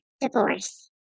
divorce